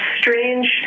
strange